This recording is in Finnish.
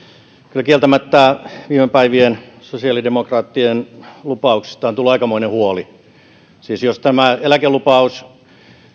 kyllä kieltämättä viime päivien sosiaalidemokraattien lupauksista on tullut aikamoinen huoli siis jos tämä eläkelupaus